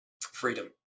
Freedom